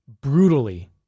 brutally